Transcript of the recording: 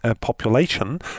population